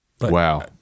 wow